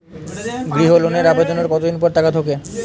গৃহ লোনের আবেদনের কতদিন পর টাকা ঢোকে?